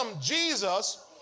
Jesus